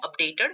updated